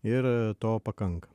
ir to pakanka